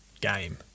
game